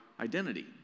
identity